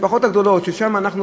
המשפחות הגדולות ששם אנחנו,